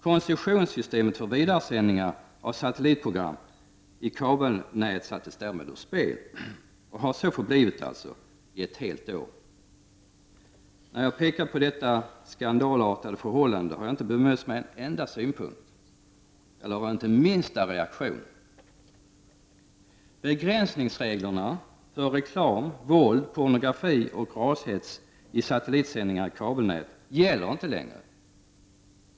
Koncessionssystemet för vidaresändningar av satellitprogram i kabelnät sattes därmed ur spel och har så förblivit i snart ett helt år! När jag pekat på detta skandalartade förhållande har jag inte bemötts med en enda synpunkt eller rönt den minsta reaktion. Begränsningsreglerna för reklam, våld, pornografi och rashets i satellitsändningar i kabelnät gäller inte längre.